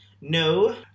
No